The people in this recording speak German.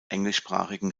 englischsprachigen